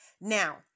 Now